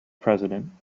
president